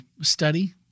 study